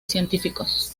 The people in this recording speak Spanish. científicos